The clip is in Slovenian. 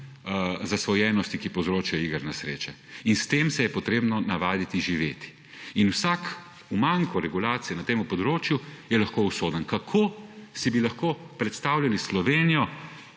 zasvojenosti, ki jo povzročajo igre na srečo. S tem se je potrebno navaditi živeti. Vsak manko regulacije na tem področju je lahko usoden. Kako bi si lahko predstavljali Slovenijo,